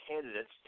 candidates